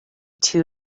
two